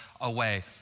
away